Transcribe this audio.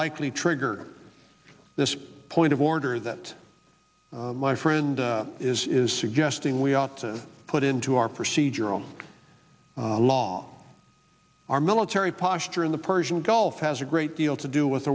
likely trigger this point of order that my friend is is suggesting we ought to put into our procedural law our military posture in the persian gulf has a great deal to do with